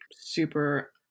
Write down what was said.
super